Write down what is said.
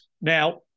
Now